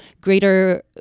greater